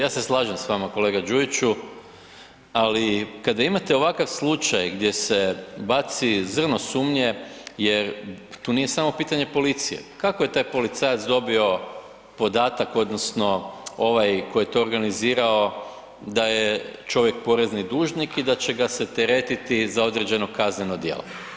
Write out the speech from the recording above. Ja se slažem s vama, kolega Đujiću, ali kada imate ovakav slučaj gdje se baci zrno sumnje jer tu nije samo pitanje policije, kako je taj policajac dobio podatak odnosno ovaj koji je to organizirao da je čovjek porezni dužnik i da će ga se teretiti za određeno kazneno djelo.